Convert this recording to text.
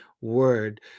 word